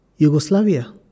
Yugoslavia